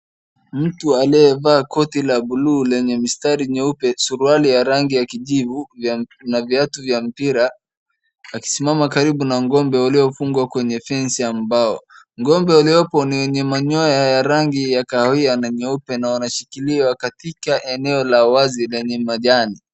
Mtu aliyevaa koti la blue lenye mistari nyeupe, suruali ya rangi ya kijivu na viatu vya mpira akisimama karibu na ng'ombe waliyofungwa kwenye fensi ya mbao. Ng'ombe waliyopo ni wenye manyoya ya rangi ya kahawia na nyeupe na wanashikiliwa katika eneo la wazi lenye majani.